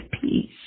peace